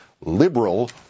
liberal